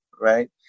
right